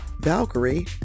Valkyrie